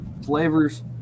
flavors